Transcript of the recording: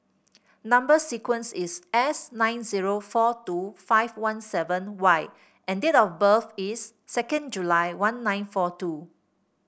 number sequence is S nine zero four two five one seven Y and date of birth is second July one nine four two